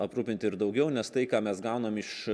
aprūpinti ir daugiau nes tai ką mes gaunam iš